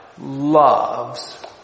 loves